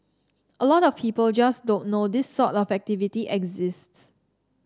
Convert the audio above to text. a lot of people just don't know this sort of activity exists